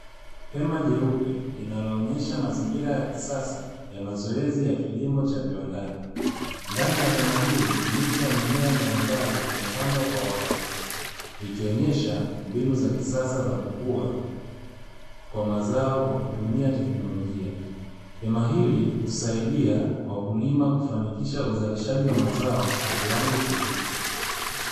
Hema jeupe linaloonyesha mazingira ya kisasa ya mazoezi ya kilimo cha viwandani. Ndani ya hema hili miche ya mimea mbalimbali imepandwa kwa uwangalifu ikionyesha mbinu za kisasa za kukua kwa mazao kwa kutumia teknolojia. Hema hili husaidia wakulima kufanikisha uzalishaji wa mazao kwa kiwango kikubwa.